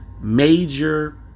major